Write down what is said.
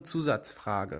zusatzfrage